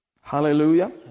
Hallelujah